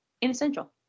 inessential